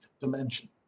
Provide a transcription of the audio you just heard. dimension